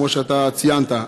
כמו שאתה ציינת,